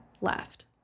left